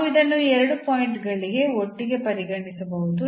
ನಾವು ಇದನ್ನು ಈ ಎರಡು ಪಾಯಿಂಟ್ ಗಳಿಗೆ ಒಟ್ಟಿಗೆ ಪರಿಗಣಿಸಬಹುದು